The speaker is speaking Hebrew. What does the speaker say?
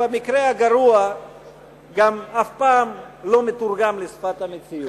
במקרה הגרוע גם אף פעם לא מתורגם לשפת המציאות.